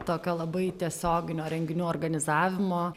tokio labai tiesioginio renginių organizavimo